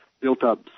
built-up